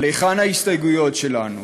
אבל היכן ההסתייגויות שלנו?